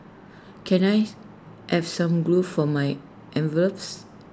can I have some glue for my envelopes